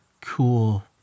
Cool